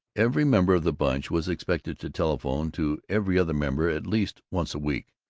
every member of the bunch was expected to telephone to every other member at least once a week.